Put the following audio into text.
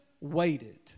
waited